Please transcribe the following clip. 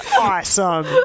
Awesome